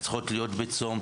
צריכות להיות בצום,